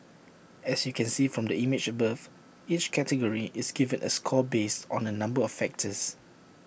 as you can see from the image above each category is given A score based on A number of factors